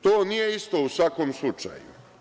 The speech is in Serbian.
To nije isto u svakom slučaju.